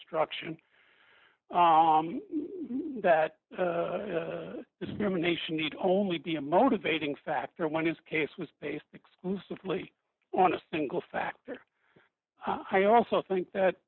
instruction that discrimination need only be a motivating factor when his case was based exclusively on a single factor i also think that